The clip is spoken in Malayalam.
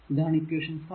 ഇതാണ് ഇക്വേഷൻ 5